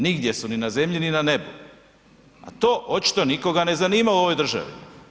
Nigdje su, ni na zemlji ni na nebu, a to očito nikoga ne zanima u ovoj državi.